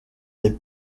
est